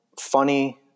funny